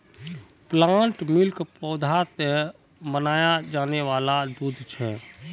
plant milk पौधा से बनाया जाने वाला दूध छे